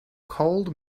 cold